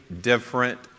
different